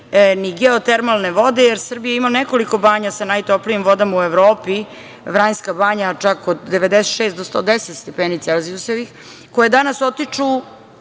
ni geotermalne vode, jer Srbija ima nekoliko banja sa najtoplijom vodom u Evropi, Vranjska banja čak od 96 do 110 stepeni Celzijusa, koje danas otiču